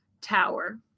tower